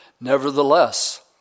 Nevertheless